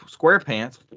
SquarePants